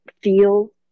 feel